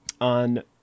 on